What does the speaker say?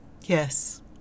Yes